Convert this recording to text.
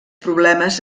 problemes